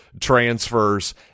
transfers